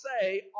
say